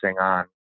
on